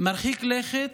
מרחיק לכת,